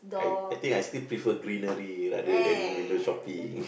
I I think I still prefer greenery rather than window shopping